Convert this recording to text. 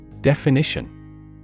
Definition